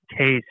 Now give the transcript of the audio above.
taste